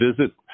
visit